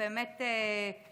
זה באמת כבוד.